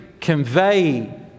convey